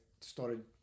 started